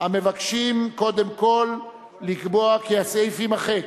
המבקשים קודם כול לקבוע כי הסעיף יימחק.